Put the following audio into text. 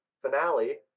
finale